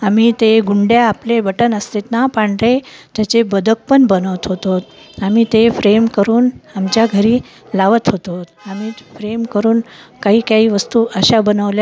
आम्ही ते गुंड्या आपले बटन असतात ना पांढरे त्याचे बदक पण बनवत होतो आम्ही ते फ्रेम करून आमच्या घरी लावत होतो आम्ही फ्रेम करून काही काही वस्तू अशा बनवल्या